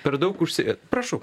per daug užsi prašau